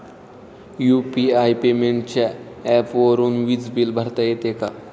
UPI पेमेंटच्या ऍपवरुन वीज बिल भरता येते का?